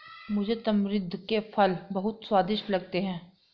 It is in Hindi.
मुझे तमरिंद के फल बहुत स्वादिष्ट लगते हैं